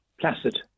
placid